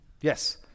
Yes